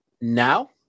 Now